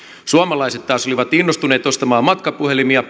suomalaiset taas olivat innostuneet ostamaan matkapuhelimia